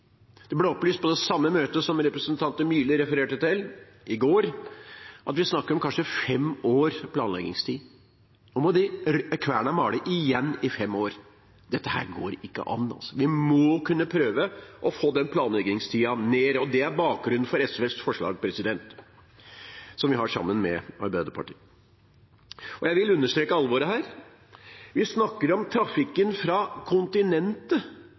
Det ble opplyst på det samme møtet som representanten Myrli refererte til, i går, at vi snakker om kanskje fem års planleggingstid. Nå må kverna male igjen i fem år. Dette går altså ikke an. Vi må kunne prøve å få denne planleggingstiden ned. Det er bakgrunnen for SVs forslag, som vi har sammen med Arbeiderpartiet. Jeg vil understreke alvoret her. Vi snakker om trafikken fra kontinentet,